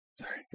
Sorry